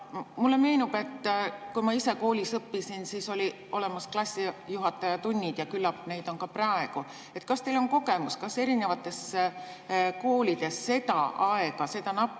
Mulle meenub, et kui ma ise koolis õppisin, siis olid olemas klassijuhatajatunnid. Küllap neid on ka praegu. Kas teil on kogemus, kas erinevates koolides seda aega, seda nappi